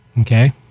Okay